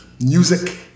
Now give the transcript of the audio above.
Music